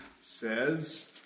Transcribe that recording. says